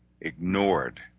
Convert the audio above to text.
ignored